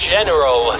General